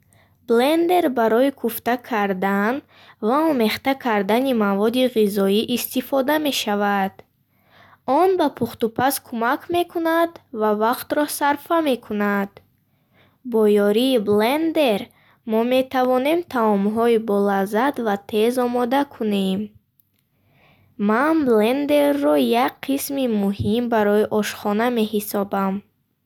Блендер барои кӯфта кардан ва омехта кардани маводи ғизоӣ истифода мешавад. Он ба пухтупаз кӯмак мекунад ва вақтро сарфа мекунад. Бо ёрии блендер мо метавонем таомҳои болаззат ва тез омода кунем. Ман блендерро як қисми муҳим барои ошхона меҳисобам.